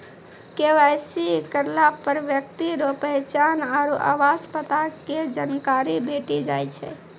KYC करलापर ब्यक्ति रो पहचान आरु आवास पता के जानकारी भेटी जाय छै